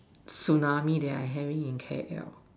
tsunami that I having in K_L